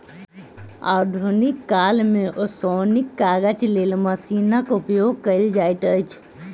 आधुनिक काल मे ओसौनीक काजक लेल मशीनक उपयोग कयल जाइत अछि